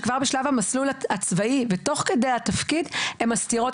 המסלול הצבאי ותוך כדי התפקיד הן מסירות